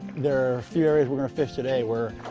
there are a few areas we're going to fish today where